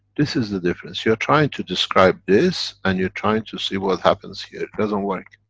this is the difference, you are trying to describe this, and you're trying to see what happens here, doesn't work.